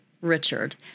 Richard